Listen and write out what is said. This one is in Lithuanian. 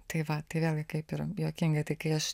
tai va tai vėlgi kaip ir juokinga tai kai aš